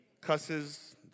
cusses